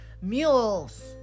mules